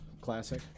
Classic